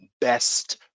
best